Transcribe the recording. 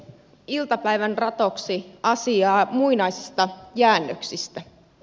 iltapäivän ratoksi asiaa muinaisista jäännöksistä